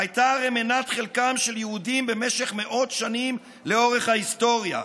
היו הרי מנת חלקם של יהודים במשך מאות שנים לאורך ההיסטוריה.